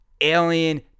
Alien